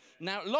Now